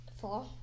four